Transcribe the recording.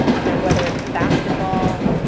you know whether its basketball,